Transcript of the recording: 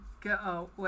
go